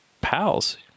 pals